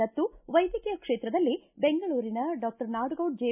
ದತ್ತು ವೈದ್ಯಕೀಯ ಕ್ಷೇತ್ರದಲ್ಲಿ ಬೆಂಗಳೂರಿನ ಡಾಕ್ಟರ್ ನಾಡಗೌಡ ಜೆ